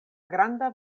granda